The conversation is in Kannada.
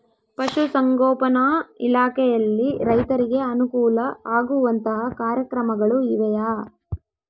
ಪಶುಸಂಗೋಪನಾ ಇಲಾಖೆಯಲ್ಲಿ ರೈತರಿಗೆ ಅನುಕೂಲ ಆಗುವಂತಹ ಕಾರ್ಯಕ್ರಮಗಳು ಇವೆಯಾ?